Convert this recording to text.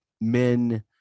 men